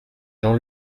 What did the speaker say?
jean